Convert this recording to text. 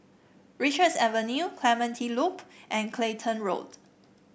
Richards Avenue Clementi Loop and Clacton Road